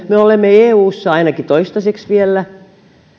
me olemme eussa ainakin toistaiseksi vielä